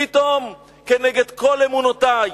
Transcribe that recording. פתאום, כנגד כל אמונותי.